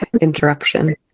interruption